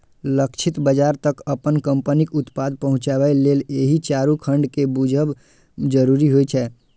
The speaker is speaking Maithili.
लक्षित बाजार तक अपन कंपनीक उत्पाद पहुंचाबे लेल एहि चारू खंड कें बूझब जरूरी होइ छै